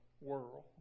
world